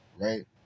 right